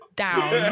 down